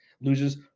loses